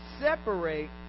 separate